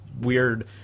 weird